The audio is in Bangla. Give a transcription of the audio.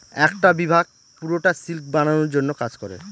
একটা বিভাগ পুরোটা সিল্ক বানানোর জন্য কাজ করে